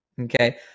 Okay